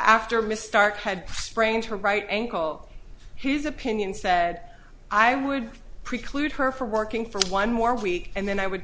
after mistah had sprained her right ankle his opinion said i would preclude her from working for one more week and then i would